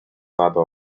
ладу